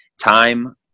time